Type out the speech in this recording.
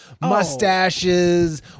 mustaches